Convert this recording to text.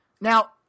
Now